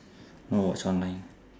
I watch online